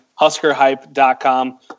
HuskerHype.com